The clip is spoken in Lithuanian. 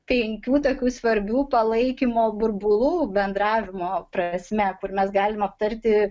penkių tokių svarbių palaikymo burbulų bendravimo prasme kur mes galim aptarti